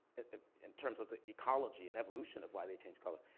in terms of the ecology and evolution of why they change color.